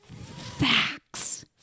facts